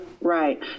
right